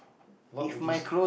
what would you say